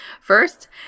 First